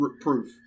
proof